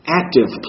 active